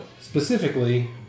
Specifically